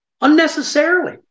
Unnecessarily